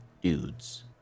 dudes